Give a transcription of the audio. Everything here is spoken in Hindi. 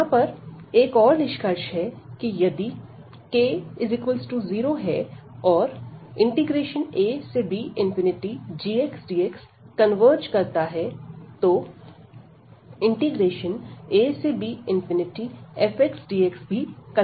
यह पर एक और निष्कर्ष है कि यदि k0 और abgxdx कन्वर्ज करता है तो abfxdx भी कन्वर्ज करेगा